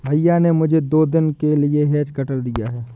भैया ने मुझे दो दिन के लिए हेज कटर दिया है